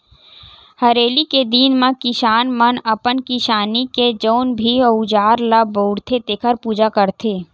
हरेली के दिन म किसान मन अपन किसानी के जेन भी अउजार ल बउरथे तेखर पूजा करथे